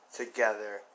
together